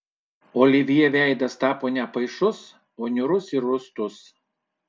olivjė veidas tapo ne pašaipus o niūrus ir rūstus